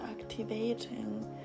activating